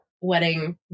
wedding